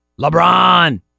LeBron